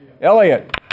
Elliot